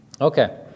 Okay